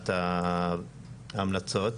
הטמעת ההמלצות,